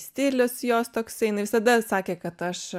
stilius jos toksai jinai visada sakė kad aš